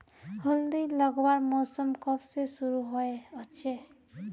हल्दी लगवार मौसम कब से शुरू होचए?